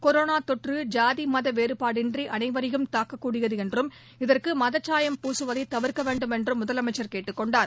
corona தொற்று ஜாதி மத வேறுபாடின்றி அனைவரையும் தாக்கக்கூடியது என்றும் இதற்கு மதச்சாயம் பூசுவதை தவிர்க்க வேண்டும் என்றும் முதலமைச்சர் கேட்டுக் கொண்டார்